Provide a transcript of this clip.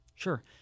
Sure